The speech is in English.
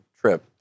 trip